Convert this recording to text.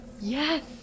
Yes